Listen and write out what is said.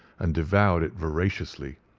and devoured it voraciously.